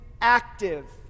active